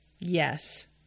Yes